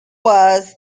was